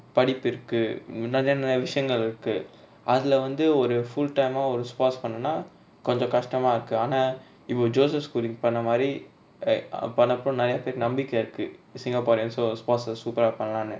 படிப்பு இருக்கு முன்:padipu iruku mun ah then a விசயங்கள் இருக்கு அதுல வந்து ஒரு:visayangal iruku athula vanthu oru full time ah ஒரு:oru spouse பன்னுனா கொஞ்சோ கஷ்டமா இருக்கு ஆனா இப்ப:pannuna konjo kastama iruku aana ippa joseph schooling பன்னமாரி:pannamari err அவ பண்ணப்போ நா:ava pannapo na ethuk~ நம்பிக்க இருக்கு:nambika iruku singaporeans so sponsors super ah பன்லானு:panlaanu